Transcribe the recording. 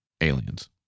aliens